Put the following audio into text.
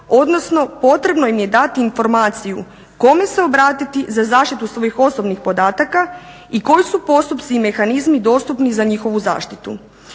odnosno potrebno im je dati informaciju kome se obratiti za zaštitu svojih osobnih podataka i koji su postupci i mehanizmi dostupni za njihovu zaštitu.